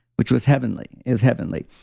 which was heavenly. it was heavenly.